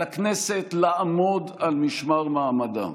על הכנסת לעמוד על משמר מעמדה,